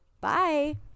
Bye